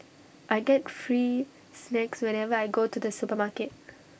I get free snacks whenever I go to the supermarket